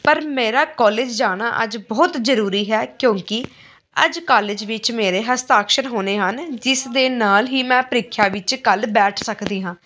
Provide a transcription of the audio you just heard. ਪਰ ਮੇਰਾ ਕੋਲੇਜ ਜਾਣਾ ਅੱਜ ਬਹੁਤ ਜ਼ਰੂਰੀ ਹੈ ਕਿਉਂਕਿ ਅੱਜ ਕਾਲਜ ਵਿੱਚ ਮੇਰੇ ਹਸਤਾਕਸ਼ਰ ਹੋਣੇ ਹਨ ਜਿਸ ਦੇ ਨਾਲ ਹੀ ਮੈਂ ਪ੍ਰੀਖਿਆ ਵਿੱਚ ਕੱਲ੍ਹ ਬੈਠ ਸਕਦੀ ਹਾਂ